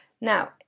now